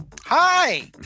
Hi